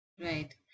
Right